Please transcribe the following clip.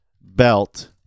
belt